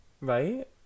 Right